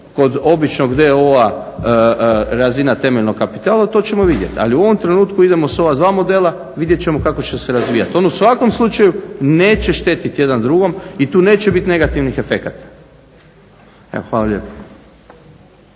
kod običnog d.o.o. razina temeljnog kapitala, to ćemo vidjeti. Ali u ovom trenutku idemo s ova dva modela, vidjet ćemo kako će se razvijati. On u svakom slučaju neće štetiti jedan drugom i tu neće biti negativnih efekata. Evo hvala lijepo.